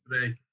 today